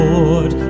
Lord